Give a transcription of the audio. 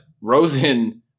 Rosen